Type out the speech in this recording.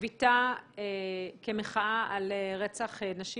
שביתה כמחאה על רצח נשים.